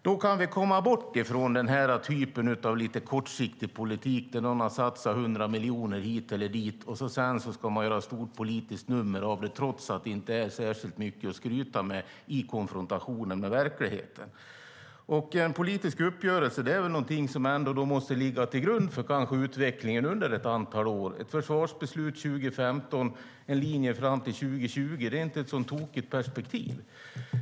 Då kan vi komma bort från den här typen av kortsiktig politik där man satsar hundra miljoner hit eller dit och sedan ska göra ett stort politiskt nummer av det, trots att det i konfrontationen med verkligheten inte är mycket att skryta med. En politisk uppgörelse är väl ändå också någonting som måste ligga till grund för utvecklingen under ett antal år. Ett försvarsbeslut 2015 och en linje fram till 2020 är inte ett tokigt perspektiv.